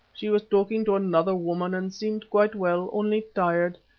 she was talking to another woman and seemed quite well, only tired,